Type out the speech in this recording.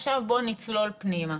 עכשיו בוא נצלול פנימה.